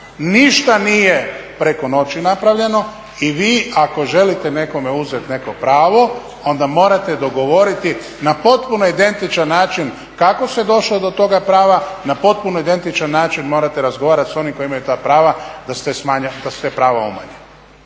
ništa nije preko noći napravljeno i vi ako želite nekome uzeti neko pravo, onda morate dogovoriti na potpuno identičan način kako se došlo do toga prava na potpuno identičan način morate razgovarati sa onima koji imaju ta prava da se ta prava umanje.